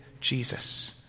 Jesus